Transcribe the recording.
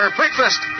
breakfast